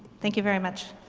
thank you very much.